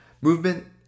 movement